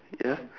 ya